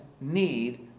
need